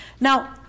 Now